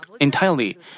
entirely